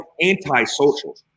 anti-social